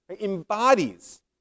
embodies